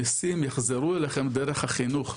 המיסים יחזרו אליכם דרך החינוך,